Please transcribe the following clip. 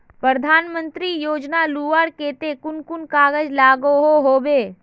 प्रधानमंत्री योजना लुबार केते कुन कुन कागज लागोहो होबे?